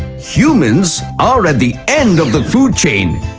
humans are at the end of the food chain.